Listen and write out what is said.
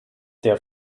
der